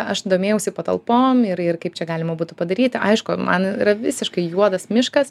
aš domėjausi patalpom ir ir kaip čia galima būtų padaryti aišku man yra visiškai juodas miškas